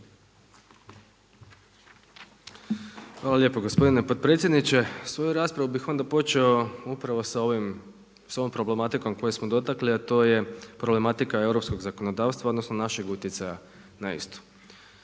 Hvala lijepo gospodine potpredsjedniče. Svoju raspravu bih onda počeo upravo sa ovom problematikom koju smo dotakli, a to je problematika europskog zakonodavstva, odnosno našeg utjecaja na istu.